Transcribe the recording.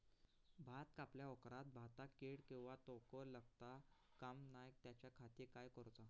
भात कापल्या ऑप्रात भाताक कीड किंवा तोको लगता काम नाय त्याच्या खाती काय करुचा?